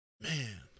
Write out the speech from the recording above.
Man